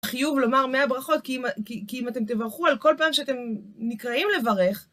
חיוב לומר מאה ברכות, כי אם אתם תברכו על כל פעם שאתם נקראים לברך...